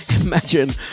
imagine